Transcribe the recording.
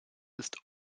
ist